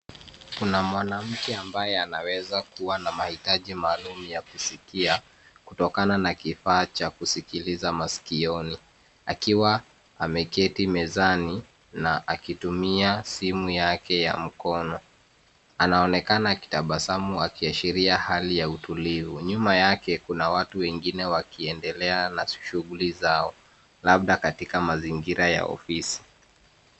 Kuna mwanamke ambaye anaweza kuwa na mahitaji maalum ya kusikia kutokana na kifaa cha kusikiliza masikioni, akiwa ameketi mezani na akitumia simu yake ya mkono. Anaonekana akitabasamu, akiashiria hali ya utulivu. Nyuma yake kuna watu wengine wakiendelea na shughuli zao labda katika mazingira ya ofisi.